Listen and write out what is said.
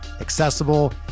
accessible